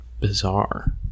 bizarre